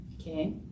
okay